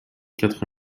quatre